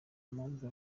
mpamvu